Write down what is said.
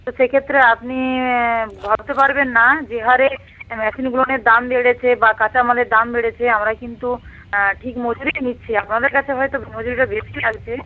তো সেক্ষেত্রে আপনি ভাবতে পারবেন না যে হারে মেশিনগুলোনের দাম বেড়েছে বা কাঁচা মালের দাম বেড়েছে আমরা কিন্তু ঠিক মজুরিই নিচ্ছি আপনাদের কাছে হয়তো মজুরিটা বেশি লাগছে